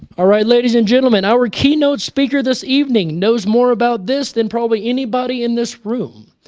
alright, ladies and gentlemen, our keynote speaker this evening knows more about this than probably anybody in this room.